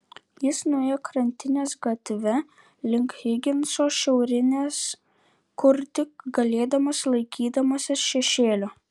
jis nuėjo krantinės gatve link higinso šiaurinės kur tik galėdamas laikydamasis šešėlio